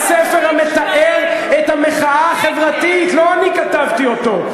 הספר המתאר את המחאה החברתית, לא אני כתבתי אותו.